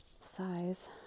size